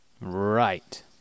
Right